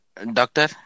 Doctor